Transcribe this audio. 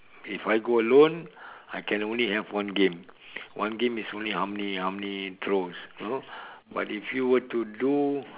if I go alone I can only have one game one game is only how many how many throws you know but if you were to do